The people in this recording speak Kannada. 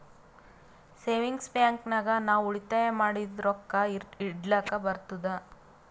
ಸೇವಿಂಗ್ಸ್ ಬ್ಯಾಂಕ್ ನಾಗ್ ನಾವ್ ಉಳಿತಾಯ ಮಾಡಿದು ರೊಕ್ಕಾ ಇಡ್ಲಕ್ ಬರ್ತುದ್